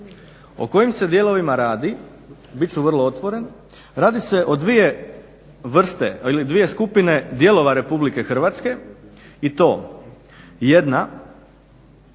O kojim se dijelovima radi? Bit ću vrlo otvoren radi se o dvije vrste ili dvije skupine dijelova RH i to jedna,